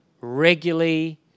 regularly